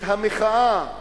את המחאה,